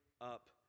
up